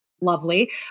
lovely